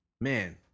man